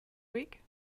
week